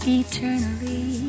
eternally